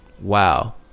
Wow